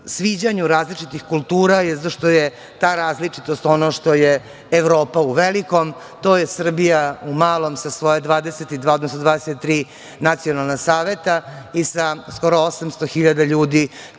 sviđanju različitih kultura, jeste to je ta različitost, ono što je Evropa u velikom, to je Srbija u malom sa svoja 23 nacionalna saveta i sa skoro 800.000 ljudi